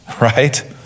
Right